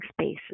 spaces